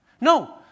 No